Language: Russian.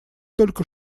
только